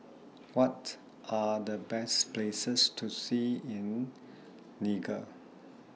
What Are The Best Places to See in Niger